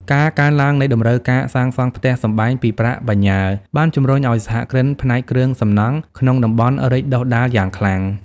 ការកើនឡើងនៃតម្រូវការសាងសង់ផ្ទះសម្បែងពីប្រាក់បញ្ញើ បានជម្រុញឱ្យសហគ្រិនផ្នែកគ្រឿងសំណង់ក្នុងតំបន់រីកដុះដាលយ៉ាងខ្លាំង។